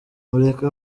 mureke